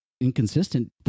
inconsistent